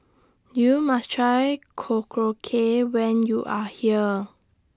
YOU must Try Korokke when YOU Are here